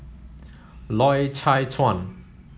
Loy Chye Chuan